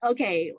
Okay